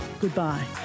Goodbye